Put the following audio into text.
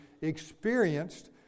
experienced